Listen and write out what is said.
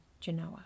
Genoa